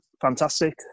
Fantastic